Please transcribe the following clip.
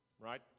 right